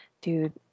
Dude